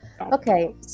Okay